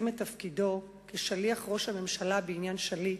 את תפקידו כשליח ראש הממשלה בעניין שליט,